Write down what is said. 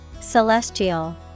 Celestial